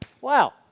Wow